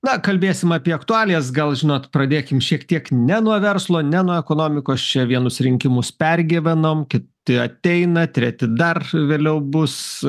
na kalbėsim apie aktualijas gal žinot pradėkim šiek tiek ne nuo verslo ne nuo ekonomikos čia vienus rinkimus pergyvenom kiti ateina treti dar vėliau bus